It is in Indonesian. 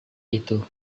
itu